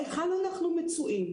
היכן אנחנו מצויים?